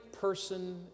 person